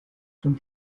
from